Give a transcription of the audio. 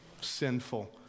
sinful